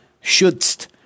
shouldst